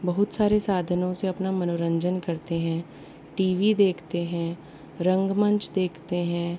बहुत सारे साधनों से अपना मनोरंजन करते हैं टी वी देखते हैं रंगमंच देखते हैं